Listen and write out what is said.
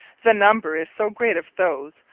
the number is so great of those,